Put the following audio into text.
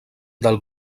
del